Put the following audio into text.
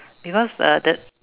because uh the